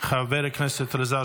חבר הכנסת אלעזר